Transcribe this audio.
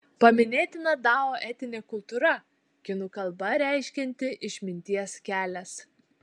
paminėtina dao etinė kultūra kinų kalba reiškianti išminties kelias